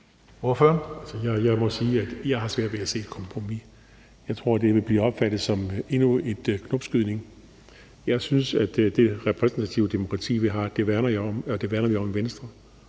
jeg har svært ved at se et kompromis. Jeg tror, det vil blive opfattet som endnu en knopskydning. Jeg synes, at det repræsentative demokrati, vi har, er noget,